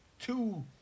two